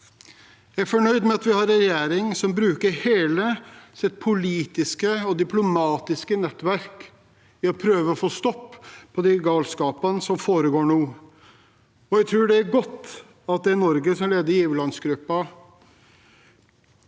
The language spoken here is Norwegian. Jeg er fornøyd med at vi har en regjering som bruker hele sitt politiske og diplomatiske nettverk til å prøve å få stopp på den galskapen som foregår nå. Jeg tror det er godt at det er Norge som leder giverlandsgruppen.